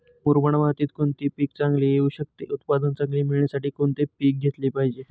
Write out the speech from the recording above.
मुरमाड मातीत कोणते पीक चांगले येऊ शकते? उत्पादन चांगले मिळण्यासाठी कोणते पीक घेतले पाहिजे?